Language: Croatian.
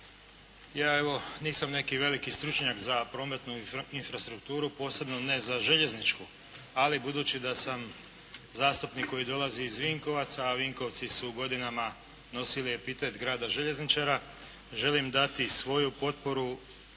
Ja evo, nisam neki veliki stručnjak za prometnu infrastrukturu, posebno ne za željezničku, ali budući da sam zastupnik koji dolazi iz Vinkovaca, a Vinkovci su godinama nosili epitet Grada željezničara, želim dati svoju potporu